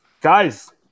guys